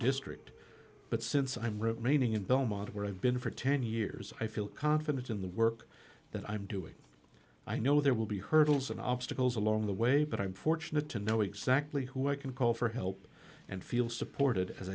district but since i'm remaining in belmont where i've been for ten years i feel confident in the work that i'm doing i know there will be hurdles and obstacles along the way but i'm fortunate to know exactly who i can call for help and feel supported as